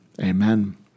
Amen